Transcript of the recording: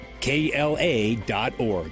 KLA.org